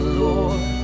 lord